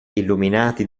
illuminati